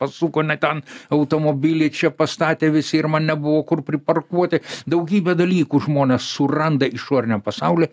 pasuko ne ten automobilį čia pastatė visi ir man nebuvo kur priparkuoti daugybę dalykų žmonės suranda išoriniam pasauly